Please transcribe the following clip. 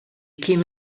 kim